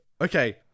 Okay